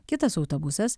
kitas autobusas